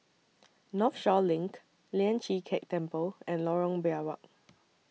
Northshore LINK Lian Chee Kek Temple and Lorong Biawak